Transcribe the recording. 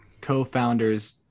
co-founders